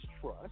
trust